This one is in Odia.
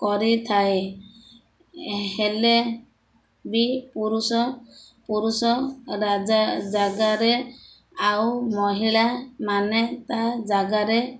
କରିଥାଏ ହେଲେ ବି ପୁରୁଷ ପୁରୁଷ ରାଜା ଜାଗାରେ ଆଉ ମହିଳାମାନେ ତା ଜାଗାରେ